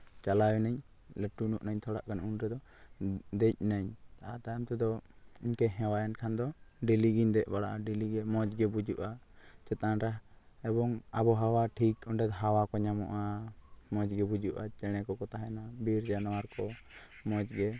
ᱪᱟᱞᱟᱣ ᱮᱱᱟᱹᱧ ᱞᱟᱹᱴᱩ ᱧᱚᱜ ᱱᱟᱹᱧ ᱛᱷᱚᱲᱟ ᱩᱱ ᱛᱮᱫᱚ ᱫᱮᱡ ᱱᱟᱹᱧ ᱟᱨ ᱛᱟᱭᱚᱢ ᱛᱮᱫᱚ ᱤᱱᱠᱟᱹ ᱦᱮᱣᱟᱭᱮᱱ ᱠᱷᱟᱱ ᱫᱚ ᱰᱮᱞᱤ ᱜᱤᱧ ᱫᱮᱡ ᱵᱟᱲᱟᱜᱼᱟ ᱰᱮᱞᱤᱜᱮ ᱢᱚᱡᱽ ᱜᱮ ᱵᱩᱡᱩᱜᱼᱟ ᱪᱮᱛᱟᱱᱨᱮ ᱮᱵᱚᱝ ᱟᱵᱚᱦᱟᱣᱟ ᱴᱷᱤᱠ ᱚᱸᱰᱮ ᱦᱟᱣᱟ ᱠᱚ ᱧᱟᱢᱚᱜᱼᱟ ᱢᱚᱡᱽ ᱜᱮ ᱵᱩᱡᱩᱜᱼᱟ ᱪᱮᱬᱮ ᱠᱚᱠᱚ ᱛᱟᱦᱮᱱᱟ ᱵᱤᱨ ᱡᱟᱱᱣᱟᱨ ᱠᱚ ᱢᱚᱡᱽ ᱜᱮ